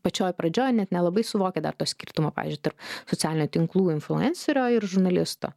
pačioj pradžioj net nelabai suvokia dar to skirtumo pavyzdžiui tarp socialinių tinklų influencerio ir žurnalisto